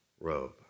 robe